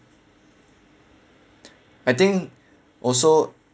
I think also